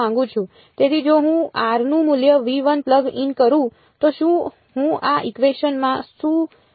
તેથી જો હું r નું મૂલ્ય પ્લગ ઇન કરું તો શું હું આ ઇકવેશન માં શું સમસ્યા છે